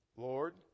Lord